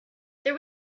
there